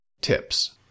tips